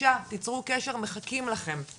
בבקשה תצרו קשר מחכים לכם.